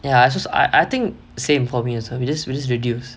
ya I als~ I I think same for me also we just reduced